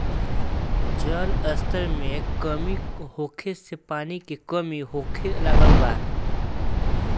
जल स्तर में कमी होखे से पानी के कमी होखे लागल बा